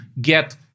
get